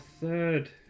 third